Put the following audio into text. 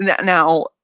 Now